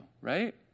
right